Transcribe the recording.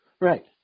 right